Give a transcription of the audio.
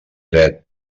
dret